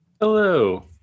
Hello